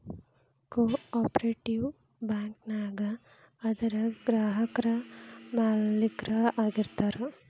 co operative bank ನ್ಯಾಗ ಅದರ್ ಗ್ರಾಹಕ್ರ ಮಾಲೇಕ್ರ ಆಗಿರ್ತಾರ